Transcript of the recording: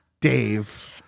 Dave